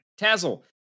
Tazzle